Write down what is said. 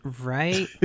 Right